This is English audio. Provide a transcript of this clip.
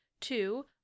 Two